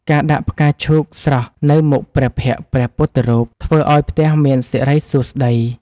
ការដាក់ផ្កាឈូកស្រស់នៅមុខព្រះភ័ក្ត្រព្រះពុទ្ធរូប ធ្វើឱ្យផ្ទះមានសិរីសួស្តី។